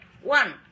one